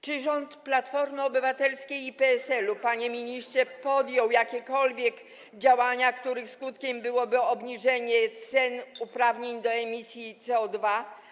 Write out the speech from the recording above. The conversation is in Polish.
Czy rząd Platformy Obywatelskiej i PSL-u, panie ministrze, podjął jakiekolwiek działania, których skutkiem byłoby obniżenie cen uprawnień do emisji CO2?